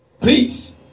please